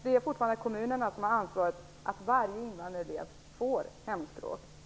Det är fortfarande kommunerna som har ansvaret för att varje invandrad elev får hemspråksundervisning.